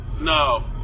No